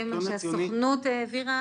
שהסוכנות העבירה